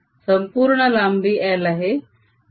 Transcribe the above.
संपूर्ण लांबी L आहे